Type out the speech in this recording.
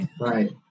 Right